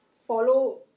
follow